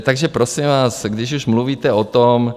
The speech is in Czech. Takže prosím vás, když už mluvíte o tom...